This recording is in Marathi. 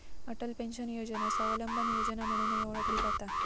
अटल पेन्शन योजना स्वावलंबन योजना म्हणूनही ओळखली जाता